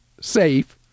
safe